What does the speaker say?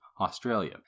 Australia